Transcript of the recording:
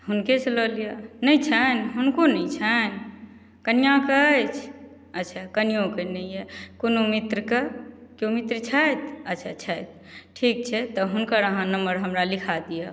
हुनकेसँ लए लिअ नहि छन्हि हुनको नहि छन्हि कनिआके अछि अच्छा कनियोके नहि अछि कोनो मित्रके केओ मित्र छथि अच्छा छथि ठीक छै तऽ हुनकर अहाँ नम्बर हमरा लिखा दिअ